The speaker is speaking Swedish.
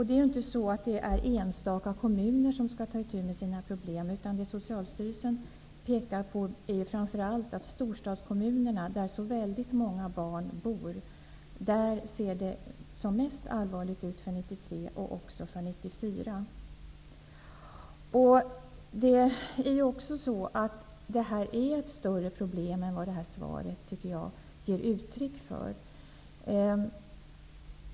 Det är inte på det sättet att det är enstaka kommuner som skall ta itu med sina problem, utan vad Socialstyrelsen pekar på är framför allt storstadskommunerna, där det bor väldigt många barn och där det ser som allvarligast ut när det gäller 1993 och 1994. Problemet är större än vad svaret ger uttryck för.